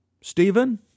Stephen